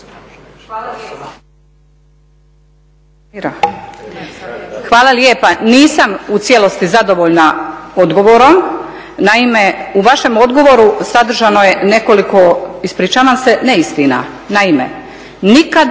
Nevenka (HGS)** Hvala lijepa. Nisam u cijelosti zadovoljna odgovorom. Naime, u vašem odgovoru sadržano je nekoliko, ispričavam se, neistina. Naime, nikad